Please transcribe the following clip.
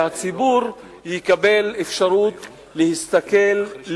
שהציבור יקבל אפשרות להסתכל,